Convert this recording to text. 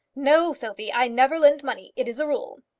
no, sophie. i never lend money. it is a rule.